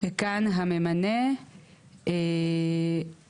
וכאן הממנה הוא